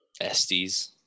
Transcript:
Estes